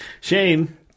Shane